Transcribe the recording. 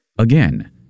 Again